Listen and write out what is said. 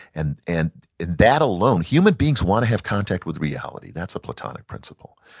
and and that alone, human beings want to have contact with reality. that's a platonic principle.